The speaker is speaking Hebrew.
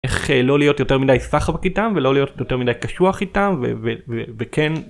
איך לא להיות יותר מדי סחבק איתם ולא להיות יותר מדי קשוח איתם, וכן...